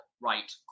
right